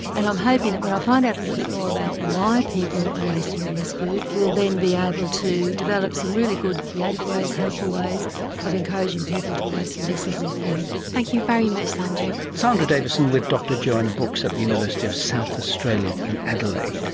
and i'm hoping that when i find out a little bit more about why people are wasting all this food we'll then be able to develop some really good creative ways, helpful ways of encouraging people to waste less of their food. thank you very much sandra. sandra davison with dr joanna brooks at the university of south australia in adelaide